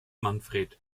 manfred